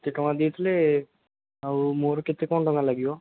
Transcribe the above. ଏତେ ଟଙ୍କା ଦେଇଥିଲେ ଆଉ ମୋର କେତେ କ'ଣ ଟଙ୍କା ଲାଗିବ